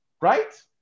right